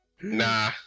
nah